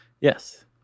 Yes